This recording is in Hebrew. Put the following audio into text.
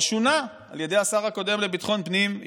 שונה על ידי השר הקודם לביטחון פנים,